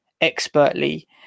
expertly